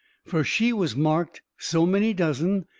fur she was marked so many dozen,